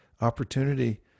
opportunity